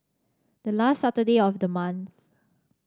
the last Saturday of the month